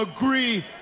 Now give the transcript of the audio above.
agree